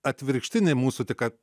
atvirkštinė mūsų tik ką